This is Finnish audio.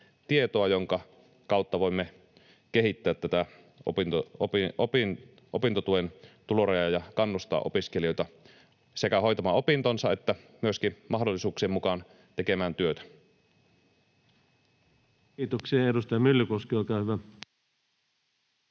jonka kautta voimme kehittää opintotuen tulorajoja ja kannustaa opiskelijoita sekä hoitamaan opintonsa että myöskin mahdollisuuksien mukaan tekemään työtä. [Speech 109] Speaker: Ensimmäinen